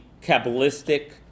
Kabbalistic